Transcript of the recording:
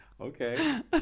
Okay